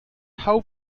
how